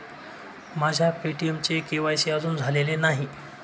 माझ्या पे.टी.एमचे के.वाय.सी अजून झालेले नाही